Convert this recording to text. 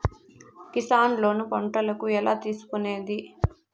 Kisan loan పంటలకు ఎలా తీసుకొనేది?